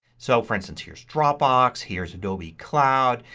so, for instance here's dropbox, here's adobe cloud,